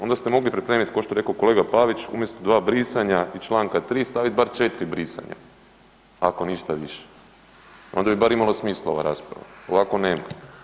Onda ste mogli pripremiti ko to je rekao kolega Pavić umjesto dva brisanja i čl. 3. staviti bar četiri brisanja ako ništa više onda bi bar imala smisla ova rasprava, ovako nema.